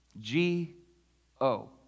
G-O